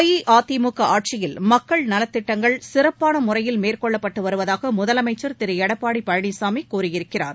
அஇஅதிமுக ஆட்சியில் மக்கள் நலத்திட்டங்கள் சிறப்பாள முறையில் மேற்கொள்ளப்பட்டு வருவதாக முதலமைச்சர் திரு எடப்பாடி பழனிசாமி கூறியிருக்கிறார்